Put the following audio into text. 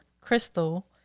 crystal